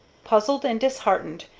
puzzled and disheartened,